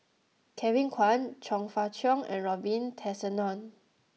Kevin Kwan Chong Fah Cheong and Robin Tessensohn